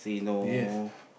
yes